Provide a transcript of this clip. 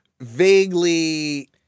vaguely